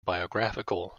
biographical